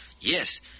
Yes